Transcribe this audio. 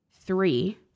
three